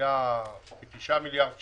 התקציב השנתי לפיתוח היה כתשעה מיליארד שקלים.